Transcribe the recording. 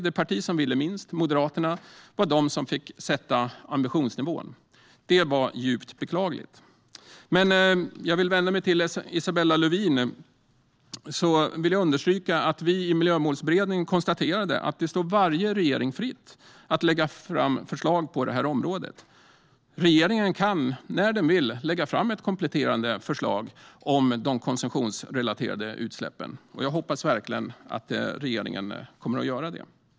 Det parti som ville minst, Moderaterna, fick sätta ambitionsnivån. Detta är djupt beklagligt. Jag vill vända mig till Isabella Lövin och understryka att Miljömålsberedningen konstaterade att det står varje regering fritt att lägga fram förslag på området. Regeringen kan när den så vill lägga fram ett kompletterande förslag om de konsumtionsrelaterade utsläppen. Jag hoppas verkligen att regeringen kommer att göra det.